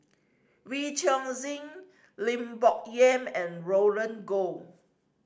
Wee Chong Jin Lim Bo Yam and Roland Goh